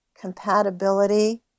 compatibility